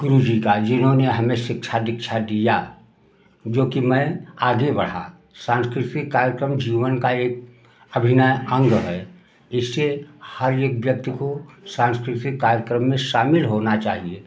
गुरूजी का जिन्होंने हमें सिक्षा दीक्षा दिया जो कि मैं आगे बढ़ा सांस्कृतिक कार्यक्रम जीवन का एक अभिन्न अंग है इससे हर एक व्यक्ति को सांस्कृतिक कार्यक्रम में शामिल होना चाहिए